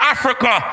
Africa